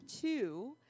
two